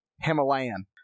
himalayan